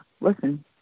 listen